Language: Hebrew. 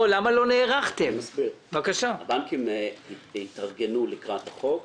הבנקים התארגנו לקראת החוק.